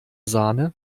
sahne